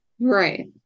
right